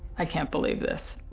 i can't believe this.